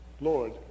Lord